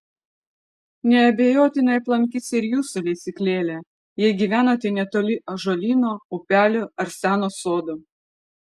neabejotinai aplankys ir jūsų lesyklėlę jei gyvenate netoli ąžuolyno upelio ar seno sodo